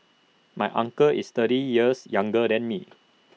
my uncle is thirty years younger than me